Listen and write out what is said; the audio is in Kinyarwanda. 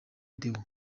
deo